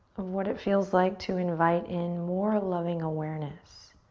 of what it feels like to invite in more loving awareness.